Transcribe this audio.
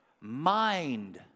Mind